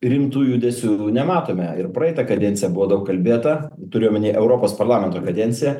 rimtų judesių nematome ir praeitą kadenciją buvo daug kalbėta turiu omeny europos parlamento kadenciją